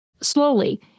slowly